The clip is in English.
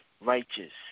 righteous